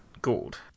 gold